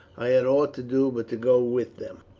i had nought to do but to go with them.